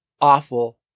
awful